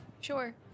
Sure